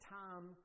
time